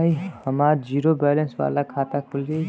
हमार zero balance वाला खाता खुल जाई?